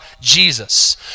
Jesus